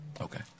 Okay